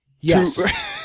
Yes